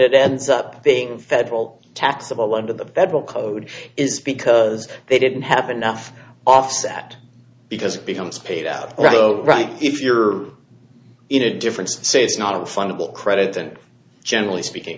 it ends up being federal taxable under the federal code is because they didn't have enough offset because it becomes paid out right if you're in a difference so it's not fundable credit and generally speaking